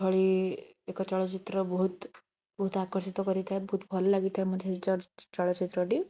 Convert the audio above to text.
ଭଳି ଏକ ଚଳଚ୍ଚିତ୍ର ବହୁତ ବହୁତ ଆକର୍ଷିତ କରିଥାଏ ବହୁତ ଭଲ ଲାଗିଥାଏ ମଧ୍ୟ ସେଇ ଚଳଚ୍ଚିତ୍ରଟି